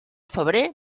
febrer